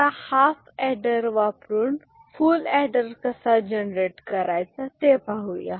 आता half adder वापरून full adder कसा जनरेट करायचा ते पाहूया